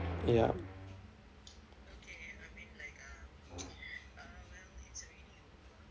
ya